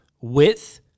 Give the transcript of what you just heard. width